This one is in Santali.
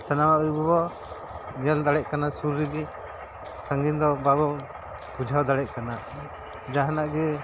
ᱥᱟᱱᱟᱢᱟᱜ ᱜᱮᱵᱚ ᱧᱮᱞ ᱫᱟᱲᱮᱜ ᱠᱟᱱᱟ ᱥᱩᱨ ᱨᱮᱜᱮ ᱥᱟᱺᱜᱤᱧ ᱫᱚ ᱵᱟᱵᱚ ᱵᱩᱡᱷᱟᱹᱣ ᱫᱟᱲᱮᱭᱟᱜ ᱠᱟᱱᱟ ᱡᱟᱦᱟᱱᱟᱜ ᱜᱮ